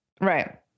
Right